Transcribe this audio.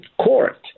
court